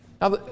Now